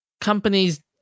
companies